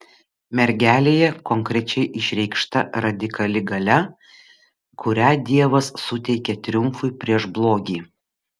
mergelėje konkrečiai išreikšta radikali galia kurią dievas suteikė triumfui prieš blogį